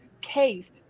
case